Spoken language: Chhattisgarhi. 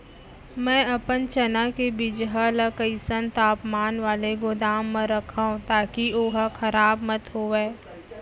मैं अपन चना के बीजहा ल कइसन तापमान वाले गोदाम म रखव ताकि ओहा खराब मत होवय?